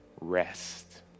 rest